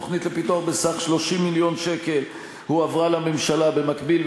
תוכנית לפיתוח בסך 30 מיליון שקל הועברה לממשלה במקביל,